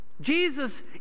Jesus